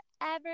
forever